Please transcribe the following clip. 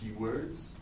keywords